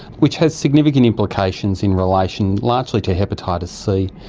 which has significant implications in relation largely to hepatitis c.